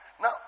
Now